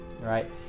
right